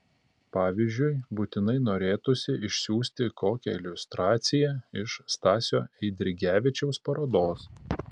pavyzdžiui būtinai norėtųsi išsiųsti kokią iliustraciją iš stasio eidrigevičiaus parodos